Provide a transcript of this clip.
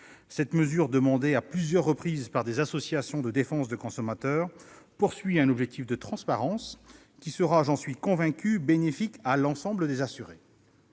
Cette mesure, demandée à plusieurs reprises par des associations de défense des consommateurs, poursuit un objectif de transparence qui sera, j'en suis convaincu, bénéfique à l'ensemble des assurés.